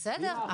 בסדר,